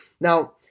Now